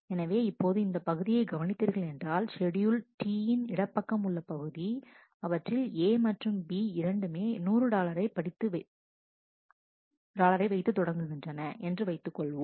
எனவே இப்போது இந்தப் பகுதியை கவனித்தீர்கள் என்றால் ஷெட்யூல் T யின் இடப்பக்கம் உள்ள பகுதி அவற்றில் A மற்றும் B இரண்டுமே 100 டாலரை வைத்து தொடங்குகின்றன என்று வைத்துக் கொள்வோம்